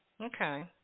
Okay